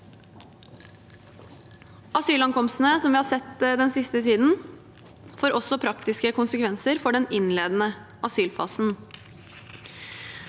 Asylankomstene som vi har sett den siste tiden, får også praktiske konsekvenser for den innledende asylfasen.